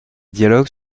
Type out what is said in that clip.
dialogues